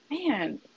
man